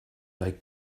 like